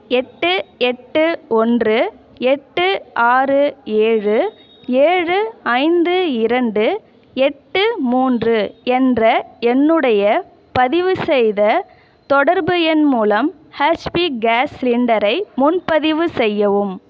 எட்டு எட்டு ஒன்று எட்டு ஆறு ஏழு ஏழு ஐந்து இரண்டு எட்டு மூன்று என்ற என்னுடைய பதிவு செய்த தொடர்பு எண் மூலம் ஹெச்பி கேஸ் சிலிண்டரை முன்பதிவு செய்யவும்